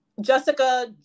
Jessica